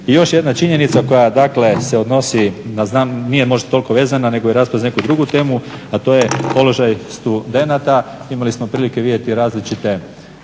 I još jedna činjenica koja dakle se odnosi na, znam nije možda toliko vezana nego je rasprava uz neku drugu temu, a to je položaj studenata. Imali smo prilike vidjeti različite